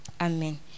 Amen